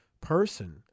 Person